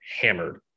hammered